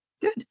Good